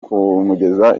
kumugeza